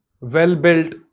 well-built